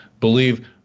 believe